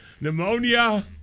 pneumonia